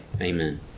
Amen